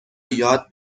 یاد